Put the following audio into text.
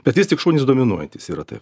bet vis tik šunys dominuojantys yra taip